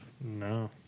No